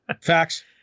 Facts